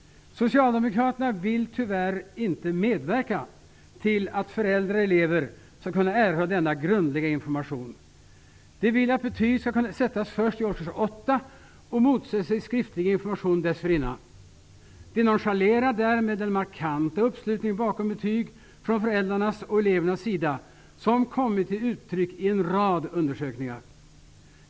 Socialdemokraterna vill tyvärr inte medverka till att föräldrar och elever skall kunna erhålla denna grundliga information. De vill att betyg skall kunna sättas först i årskurs 8 och motsätter sig skriftlig information dessförinnan. De nonchalerar därmed den markanta uppslutning bakom betyg från föräldrarnas och elevernas sida som kommit till uttryck i en rad undersökningar.